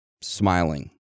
smiling